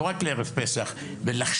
לא רק לערב פסח ולחשוב,